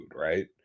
right